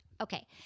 Okay